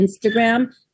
Instagram